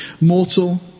mortal